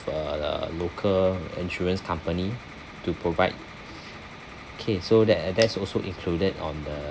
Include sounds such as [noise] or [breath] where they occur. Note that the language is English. a local insurance company to provide [breath] K so that that's also included on the